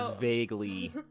vaguely